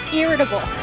irritable